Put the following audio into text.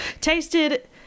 Tasted